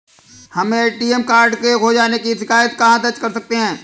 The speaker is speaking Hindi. हम ए.टी.एम कार्ड खो जाने की शिकायत कहाँ दर्ज कर सकते हैं?